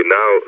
now